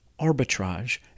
arbitrage